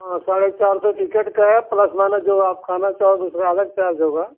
हाँ साढ़े चार सौ टिकट का है प्लस माने जो आप खाना चाहोगे उसका अलग चार्ज होगा